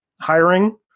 hiring